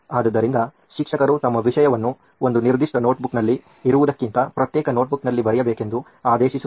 ಆದ್ದರಿಂದ ಶಿಕ್ಷಕರು ತಮ್ಮ ವಿಷಯವನ್ನು ಒಂದು ನಿರ್ದಿಷ್ಟ ನೋಟ್ಬುಕ್ನಲ್ಲಿ ಇರುವುದಕ್ಕಿಂತ ಪ್ರತ್ಯೇಕ ನೋಟ್ಬುಕ್ನಲ್ಲಿ ಬರೆಯಬೇಕೆಂದು ಆದೇಶಿಸುತ್ತಾರೆ